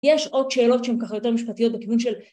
יש עוד שאלות שהן ככה יותר משפטיות בכיוון של